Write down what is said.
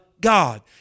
God